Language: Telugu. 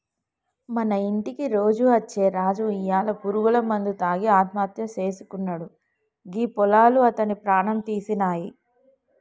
మన ఇంటికి రోజు అచ్చే రాజు ఇయ్యాల పురుగుల మందు తాగి ఆత్మహత్య సేసుకున్నాడు గీ పొలాలు అతని ప్రాణం తీసినాయి